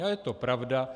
A je to pravda.